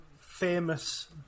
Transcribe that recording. famous